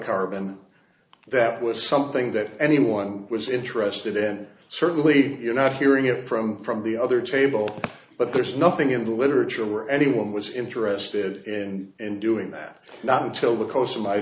carbon that was something that anyone was interested and certainly you know hearing it from from the other table but there's nothing in the literature anyone was interested in doing that not until the close of my